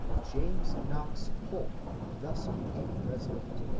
james knox polk thus became president,